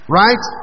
right